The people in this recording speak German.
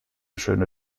schöne